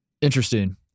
Interesting